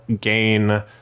gain